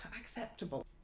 acceptable